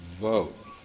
vote